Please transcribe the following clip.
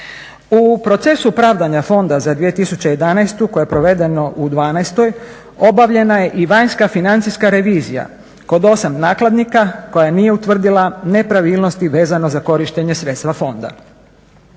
U procesu pravdanja fonda za 2011.koje je provedeno u 12.obavljena je i vanjska, financijska revizija kod osam nakladnika koja nije utvrdila nepravilnosti za korištenje sredstva fonda.